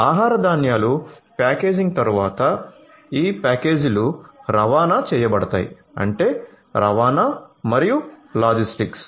ఆహార ధాన్యాలు ప్యాకేజింగ్ తరువాత ఈ ప్యాకేజీలు రవాణా చేయబడతాయి అంటే రవాణా మరియు లాజిస్టిక్స్